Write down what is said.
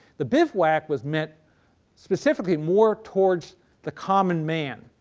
the bivouac was meant specifically more towards the common man,